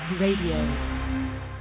radio